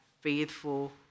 faithful